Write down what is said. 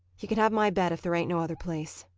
you can have my bed if there ain't no other place.